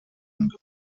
gemeldet